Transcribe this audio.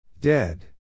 Dead